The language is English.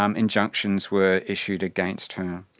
um injunctions were issued against her.